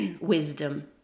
wisdom